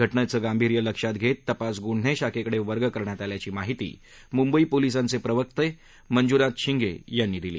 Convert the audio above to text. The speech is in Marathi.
घटनेचे गांभीर्य लक्षात घेत तपास गुन्हे शाखेकडे वर्ग करण्यात आल्याची माहिती मुंबई पोलिसांचे प्रवक्ते मंजुनाथ शिंगे यांनी दिली